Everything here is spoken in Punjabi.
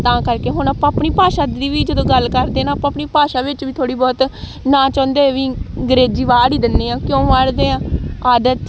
ਤਾਂ ਕਰਕੇ ਹੁਣ ਆਪਾਂ ਆਪਣੀ ਭਾਸ਼ਾ ਦੀ ਵੀ ਜਦੋਂ ਗੱਲ ਕਰਦੇ ਨਾ ਆਪਾਂ ਆਪਣੀ ਭਾਸ਼ਾ ਵਿੱਚ ਵੀ ਥੋੜ੍ਹੀ ਬਹੁਤ ਨਾ ਚਾਹੁੰਦੇ ਹੋਏ ਵੀ ਅੰਗਰੇਜ਼ੀ ਵਾੜ ਹੀ ਦਿੰਦੇ ਹਾਂ ਕਿਉਂ ਵਾੜਦੇ ਹਾਂ ਆਦਤ